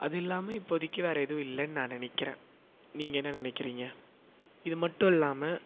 அது இல்லாமல் இப்போதிக்கு வேறு எதுவும் இல்லைனு நான் நினைக்கிறேன் நீங்கள் என்ன நினைக்கிறீங்க இதுமட்டும் இல்லாமல்